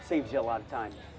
saved a lot of time